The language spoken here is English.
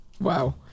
wow